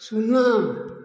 ଶୂନ